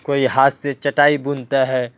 کوئی ہاتھ سے چٹائی بنتا ہے